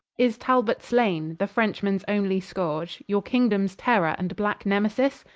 is talbot slaine, the frenchmens only scourge, your kingdomes terror, and blacke nemesis?